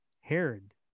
Herod